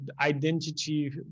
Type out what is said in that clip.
identity